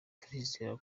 turizera